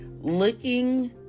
looking